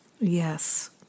Yes